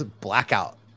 Blackout